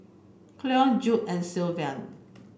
Cleon Jude and Sylvan